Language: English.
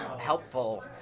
helpful